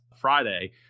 friday